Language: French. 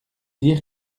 dirent